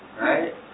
right